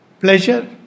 Pleasure